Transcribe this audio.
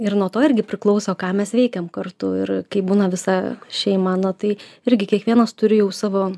ir nuo to irgi priklauso ką mes veikiam kartu ir kai būna visa šeima na tai irgi kiekvienas turi jau savo